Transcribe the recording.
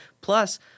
Plus